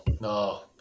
no